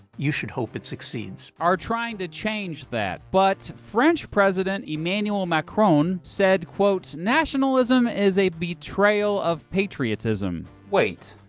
you should hope it succeeds. are trying to change that. but french president emmanuel macron said nationalism is a betrayal of patriotism. wait,